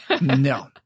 No